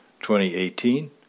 2018